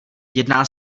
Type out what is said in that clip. jedná